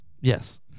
Yes